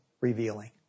revealing